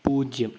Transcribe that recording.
പൂജ്യം